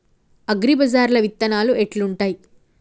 అగ్రిబజార్ల విత్తనాలు ఎట్లుంటయ్?